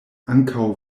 ankaŭ